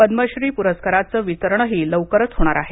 पद्मश्री पुरस्काराचं वितरणही लवकरच होणार आहे